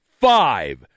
five